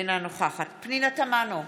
אינה נוכחת פנינה תמנו,